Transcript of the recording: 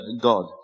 God